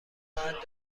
خواهد